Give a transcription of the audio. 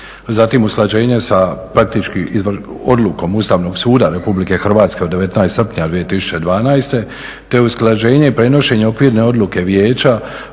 zatim usklađenje sa praktički sa odlukom Ustavnog suda Republike Hrvatske od 19. srpnja 2012., te usklađenje i prenošenje Okvirne odluke Vijeća